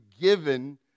given